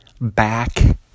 back